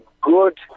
good